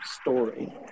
story